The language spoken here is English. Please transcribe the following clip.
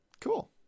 cool